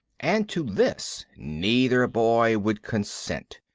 and to this neither boy would consent.